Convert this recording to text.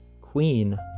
queen